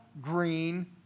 green